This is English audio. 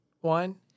one